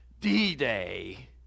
D-Day